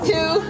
Two